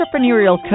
entrepreneurial